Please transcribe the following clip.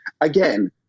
Again